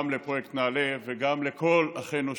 לפרויקט נעל"ה וגם לכל אחינו שבתפוצות.